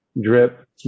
drip